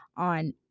on